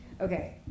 Okay